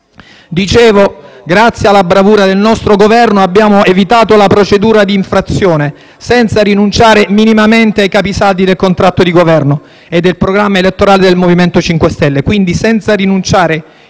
prima. Grazie alla bravura del nostro Governo abbiamo evitato la procedura di infrazione senza rinunciare minimamente ai capisaldi del contratto di Governo e del programma elettorale del MoVimento 5 Stelle, quindi senza rinunciare